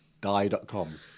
die.com